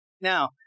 Now